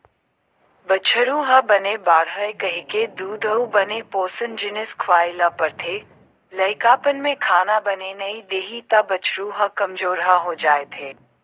बछरु ह बने बाड़हय कहिके दूद अउ बने पोसन जिनिस खवाए ल परथे, लइकापन में खाना बने नइ देही त बछरू ह कमजोरहा हो जाएथे